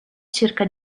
cerca